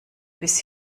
bis